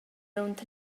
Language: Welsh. rownd